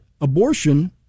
abortion